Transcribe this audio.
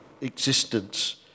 existence